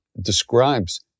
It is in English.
describes